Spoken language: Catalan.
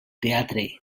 teatre